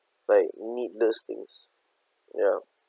like needless things ya